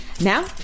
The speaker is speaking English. Now